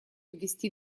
ввести